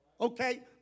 Okay